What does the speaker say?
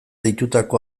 deitutako